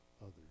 others